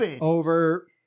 over